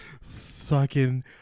sucking